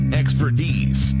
expertise